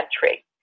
country